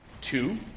Two